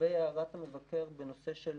לגבי הערת המבקר בנושא של